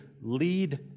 lead